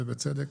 ובצדק,